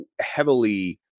heavily